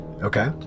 Okay